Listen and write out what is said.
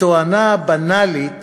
בתואנה בנאלית